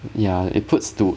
yeah it puts to